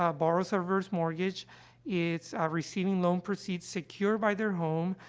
um borrows a reverse mortgage is, ah, receiving loan proceeds secured by their home,